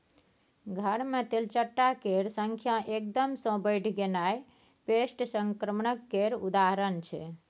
घर मे तेलचट्टा केर संख्या एकदम सँ बढ़ि गेनाइ पेस्ट संक्रमण केर उदाहरण छै